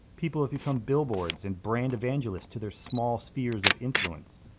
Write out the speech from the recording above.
people have become billboards and brand evangelists to their small spheres of influence.